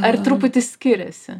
ar truputį skiriasi